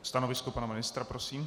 Stanovisko pana ministra prosím.